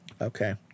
Okay